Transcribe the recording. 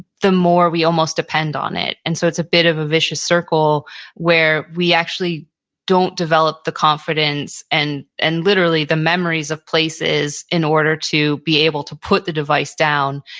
the more we almost depend on it. and so it's a bit of a vicious circle where we actually don't develop the confidence and and literally the memories of places in order to be able to put the device down.